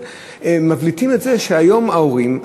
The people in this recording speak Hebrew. מבליטים את זה שהיום ההורים,